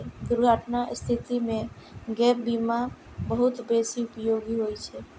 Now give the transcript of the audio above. दुर्घटनाक स्थिति मे गैप बीमा बहुत बेसी उपयोगी होइ छै